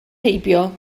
heibio